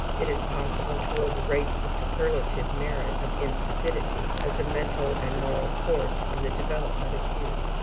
it is possible to overrate the superlative merits of insipidity as a mental and moral force in the development of youth.